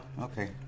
okay